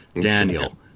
Daniel